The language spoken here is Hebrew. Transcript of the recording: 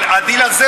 אבל הדיל הזה,